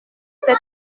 cet